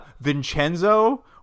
vincenzo